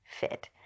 fit